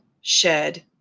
shed